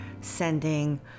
sending